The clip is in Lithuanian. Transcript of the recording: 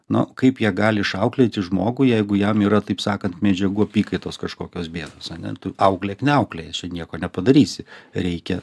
na kaip jie gali išauklėti žmogų jeigu jam yra taip sakant medžiagų apykaitos kažkokios bėdos ane tu auklėk ne auklėjęs čia nieko nepadarysi reikia